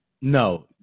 No